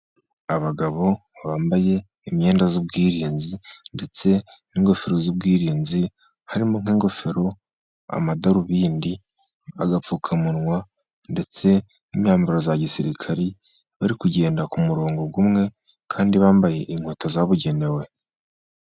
Abagabo bambaye imyenda y'ubwirinzi ndetse n'ingofero z'ubwirinzi, harimo nk'ingofero, amadarubindi, agapfukamunwa, ndetse n'imyambaro ya gisirikare, bari kugenda ku murongo umwe, kandi bambaye inkweto zabugenewe.